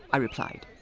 i replied,